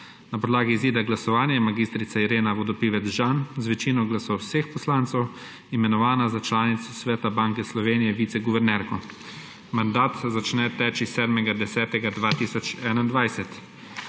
Na podlagi izida glasovanje je mag. Irena Vodopivec Jean z večino glasov vseh poslancev imenovana za članico Sveta Banke Slovenije − viceguvernerko. Mandat začne teči 7. 10. 2021.